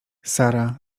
sara